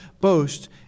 boast